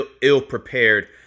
ill-prepared